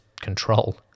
control